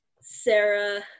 Sarah